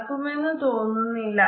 നടക്കുമെന്ന് തോന്നുന്നില്ല